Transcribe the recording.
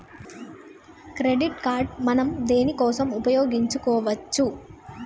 Credit card మనం దేనికోసం ఉపయోగించుకోవచ్చు?